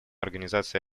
организации